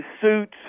suits